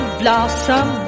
blossom